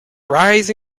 rise